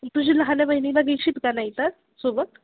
तुझी लहान बहिणीला घेशील का नाही तर सोबत